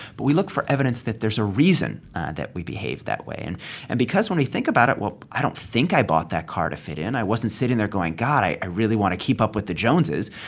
but we look for evidence that there's a reason that we behaved that way. and and because when we think about it, well, i don't think i bought that car to fit in. i wasn't sitting there going, god, i i really want to keep up with the joneses.